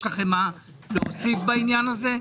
יש לכם מה להוסיף בעניין הזה?